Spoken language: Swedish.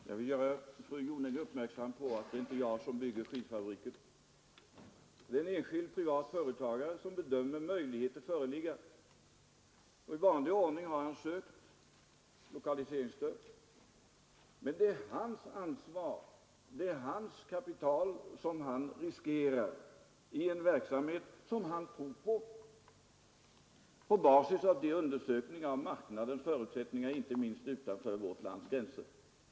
Herr talman! Jag vill göra fru Jonäng uppmärksam på att det inte är jag som bygger skidfabriker. Det är en enskild företagare som anser möjligheter föreligga i detta avseende, och han har i vanlig ordning sökt lokaliseringsstöd. Men det är hans ansvar. Det är sitt eget kapital som han riskerar i en verksamhet som han tror på på basis av de undersökningar om marknadens förutsättningar, inte minst utanför vårt lands gränser, som han gjort.